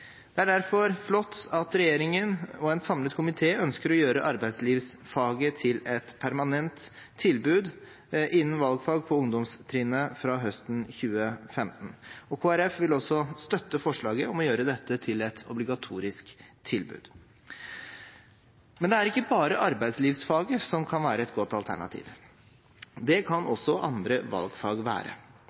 Det er derfor flott at regjeringen – og en samlet komité – ønsker å gjøre arbeidslivsfaget til et permanent tilbud innen valgfag på ungdomstrinnet fra høsten 2015. Kristelig Folkeparti vil også støtte forslaget om å gjøre dette til et obligatorisk tilbud. Men det er ikke bare arbeidslivsfaget som kan være et godt alternativ. Det kan også andre valgfag være.